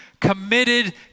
committed